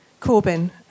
Corbyn